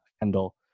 Kendall